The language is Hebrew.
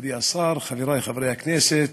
מכובדי השר, חברי חברי הכנסת,